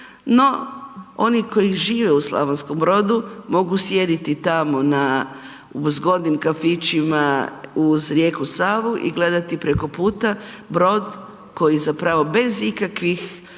no oni koji žive u Slavonskom Brodu mogu sjediti tamo u zgodnim kafićima uz rijeku Savu i gledati preko puta brod koji zapravo bez ikakvih